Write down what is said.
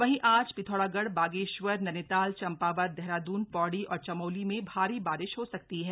वहीं आज पिथौरागढ़ बागेश्वर नैनीताल चंपावत देहरादून पौड़ी और चमोली में भारी बारिश हो सकती है